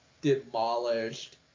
demolished